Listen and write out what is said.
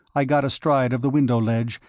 i got astride of the window ledge,